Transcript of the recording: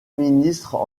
ministre